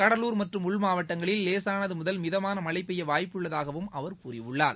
கடலூர் மற்றும் உள் மாவட்டங்களில் லேசானது முதல் மிதமான மழை பெய்ய வாய்ப்புள்ளதாகவும் அவர் கூறியுள்ளார்